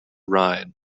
ride